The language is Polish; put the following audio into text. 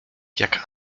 jak